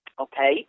okay